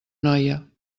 noia